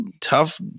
tough